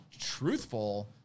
truthful